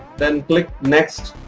then click next,